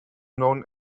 known